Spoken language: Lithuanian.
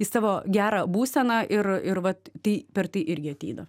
į savo gerą būseną ir ir vat tai per tai irgi ateina